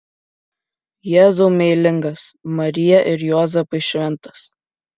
jėzau meilingas marija ir juozapai šventas